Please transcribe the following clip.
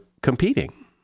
competing